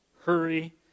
hurry